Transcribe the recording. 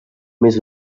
més